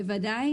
בוודאי.